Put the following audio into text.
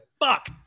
Fuck